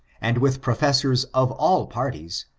and with professors of all parties,